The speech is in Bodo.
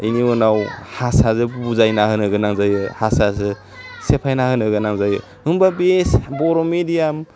बिनि उनाव हासाजो बुजायना होनो गोनां जायो हासाजो सेफायना होनो गोनां जायो होमबा बे बर' मिडियाम